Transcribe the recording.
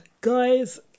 guys